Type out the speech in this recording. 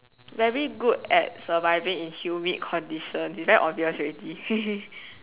very good at surviving in humid conditions it's very obvious already